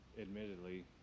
admittedly